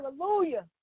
Hallelujah